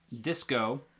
Disco